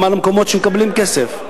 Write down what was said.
גם על המקומות שמקבלים כסף,